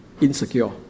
insecure